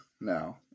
No